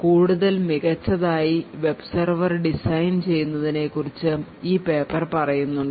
കൂടുതൽ മികച്ചതായി web server design ചെയ്യുന്നതിനെക്കുറിച് ഈ പേപ്പർ പറയുന്നുണ്ട്